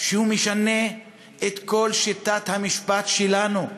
שמשנה את כל שיטת המשפט שלנו.